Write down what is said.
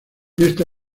ésta